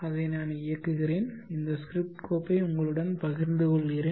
அதை நான் இயக்குகிறேன் இந்த ஸ்கிரிப்ட் கோப்பை உங்களுடன் பகிர்ந்து கொள்கிறேன்